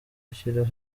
gushyiraho